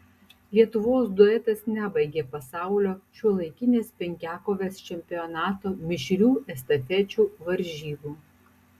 lietuvos duetas nebaigė pasaulio šiuolaikinės penkiakovės čempionato mišrių estafečių varžybų